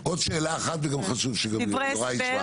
עוד שאלה אחת, וגם חשוב שגם יוראי ישמע.